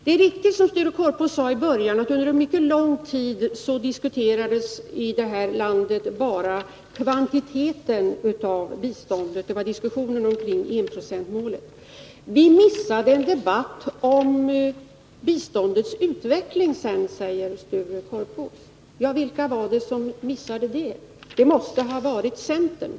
Det är riktigt, som Sture Korpås sade i början, att under mycket lång tid diskuterades här i landet bara kvantiteten av biståndet — det var diskussionen omkring enprocentsmålet. Vi missade en debatt om biståndets utveckling sedan, säger Sture Korpås. Vilka var det som missade? Det måste ha varit centern.